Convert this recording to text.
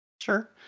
Sure